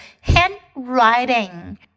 Handwriting